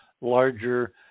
larger